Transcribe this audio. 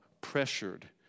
pressured